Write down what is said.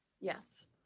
Yes